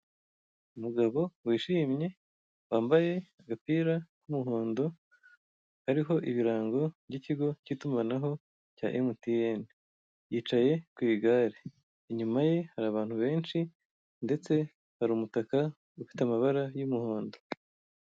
Umugabo wishimye wambaye agapira k'umuhondo kariho ibirango by'ikigo k'itumanaho cya emutiyene, yicaye ku igare inyuma ye hari abantu benshi ndetse hari umutaka ufite amabara y'umuhondo.